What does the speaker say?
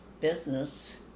business